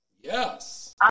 Yes